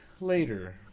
later